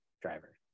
driver